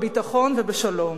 בביטחון ובשלום.